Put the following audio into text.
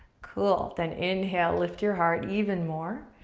cool. then inhale, lift your heart even more.